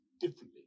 differently